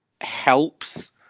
helps